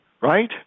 right